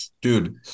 Dude